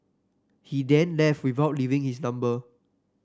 he then left without leaving his number